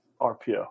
RPO